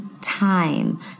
time